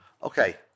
Okay